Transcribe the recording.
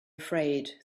afraid